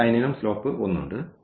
ഈ ലൈനിനും സ്ലോപ് 1 ഉണ്ട്